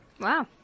Wow